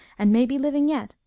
and may be living yet,